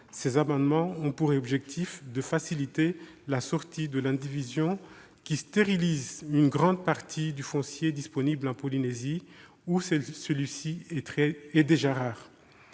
ces amendements ont pour objet de faciliter la sortie de l'indivision, qui stérilise une grande partie du foncier disponible en Polynésie où celui-ci est déjà rare.